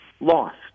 lost